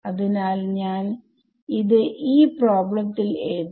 അതിനാൽ ഞാൻ ഈ പ്രോബ്ലംത്തിൽ എഴുതും